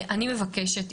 אני מבקשת,